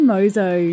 Mozo